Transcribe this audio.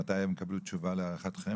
מתי הם יקבלו תשובה להערכתכם?